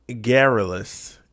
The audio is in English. garrulous